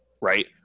right